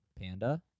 Panda